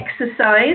exercise